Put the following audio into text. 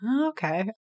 Okay